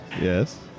Yes